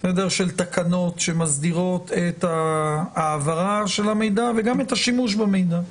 של תקנות שמסדירות את ההעברה של המידע וגם את השימוש במידע.